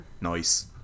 Nice